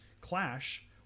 clash